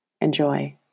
Enjoy